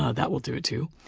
ah that will do it too.